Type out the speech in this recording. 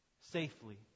safely